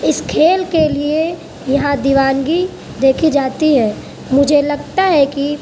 اس کھیل کے لئے یہاں دیوانگی دیکھی جاتی ہے مجھے لگتا ہے کہ